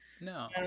No